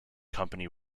company